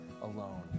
alone